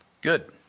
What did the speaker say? Good